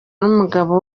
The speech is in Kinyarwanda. n’umugabo